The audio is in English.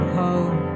home